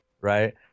Right